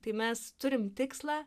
tai mes turim tikslą